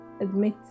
admit